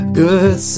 good